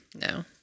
No